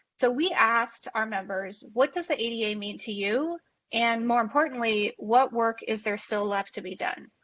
so we asked our members what does the ada mean to you and more importantly what work is there still so left to be done?